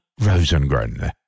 Rosengren